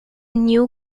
new